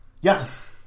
yes